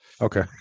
Okay